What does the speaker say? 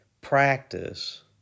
practice